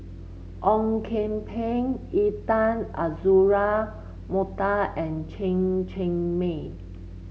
Ong Kian Peng Intan Azura Mokhtar and Chen Cheng Mei